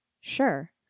Sure